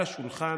על השולחן,